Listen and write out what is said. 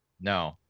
No